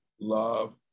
love